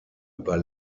über